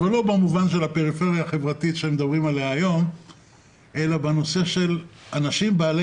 אבל לא במובן של הפריפריה החברתית שמדברים עליה היום אלא לעומת אנשים בעלי